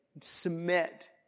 submit